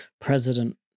President